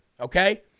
okay